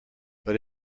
but